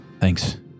thanks